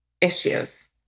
issues